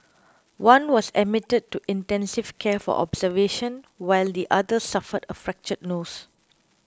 one was admitted to intensive care for observation while the other suffered a fractured nose